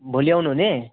भोलि आउनु हुने